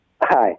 Hi